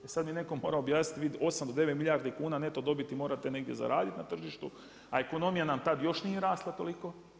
E sad mi netko mora objasniti 8 do 9 milijardi kuna neto dobiti morate negdje zaradit na tržištu, a ekonomija nam tad još nije rasla toliko.